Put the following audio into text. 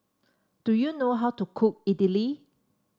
do you know how to cook Idili